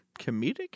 Comedic